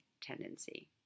tendency